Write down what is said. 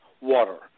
water